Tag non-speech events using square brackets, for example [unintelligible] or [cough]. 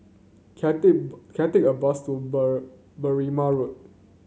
can [unintelligible] can I take a bus to [unintelligible] Berrima Road